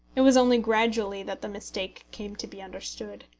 it was only gradually that the mistake came to be understood.